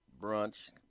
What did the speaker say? brunch